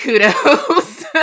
kudos